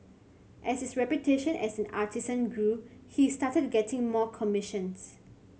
as his reputation as an artisan grew he started getting more commissions